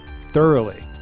thoroughly